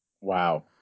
Wow